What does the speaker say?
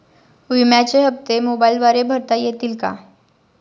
विम्याचे हप्ते मोबाइलद्वारे भरता येतील का?